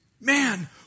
Man